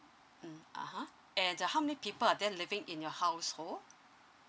mm (uh huh) and uh how many people are there living in your household